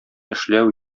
эшләү